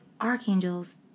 archangels